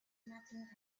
nothing